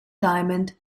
diamond